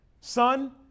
son